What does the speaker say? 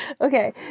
Okay